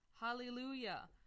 Hallelujah